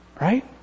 Right